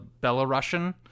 Belarusian